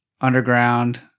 Underground